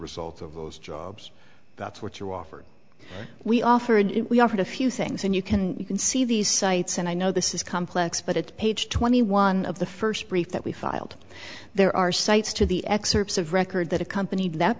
result of those jobs that's what you offered we offered it we offered a few things and you can you can see these sites and i know this is complex but it's page twenty one of the first brief that we filed there are sites to the excerpts of record that accompanied that